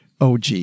OG